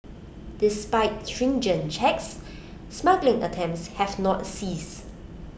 despite stringent checks smuggling attempts have not ceased